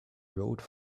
rode